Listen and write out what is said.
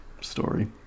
story